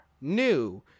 New